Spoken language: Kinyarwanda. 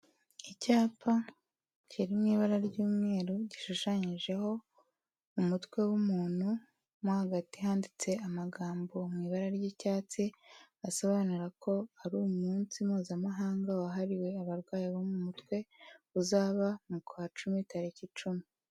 Icyapa kiri mu ibara ry'umweru, gishushanyijeho umutwe w'umuntu, mo hagati handitsemo amagambo mu ibara ry'icyatsi, asobanura ko ari umunsi mpuzamahanga wahariwe abarwayi bo mu mutwe, uzaba mu kwa cumi tariki icumi.